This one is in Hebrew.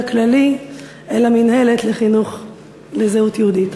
הכללי כלפי המינהלת לחינוך לזהות יהודית.